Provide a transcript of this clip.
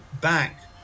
back